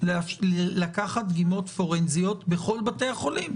לקחת דגימות פורנזיות בכל בתי החולים,